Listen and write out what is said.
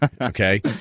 Okay